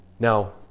Now